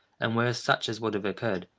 and were such as would have occurred,